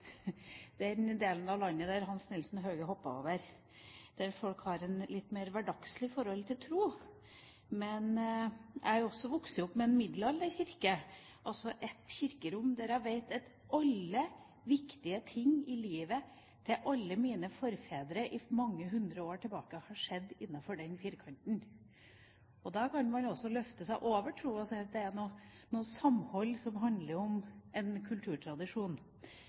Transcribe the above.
den delen av landet som Hans Nielsen Hauge hoppet over, og der folk har et litt mer hverdagslig forhold til tro. Men jeg har også vokst opp med en middelalderkirke, altså med et kirkerom der jeg vet at alle viktige ting i livet til alle mine forfedre i mange hundre år tilbake har skjedd. Det har skjedd innenfor den firkanten. Da kan man løfte seg over troen og si at det også handler om samhold, om en kulturtradisjon